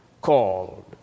called